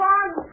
one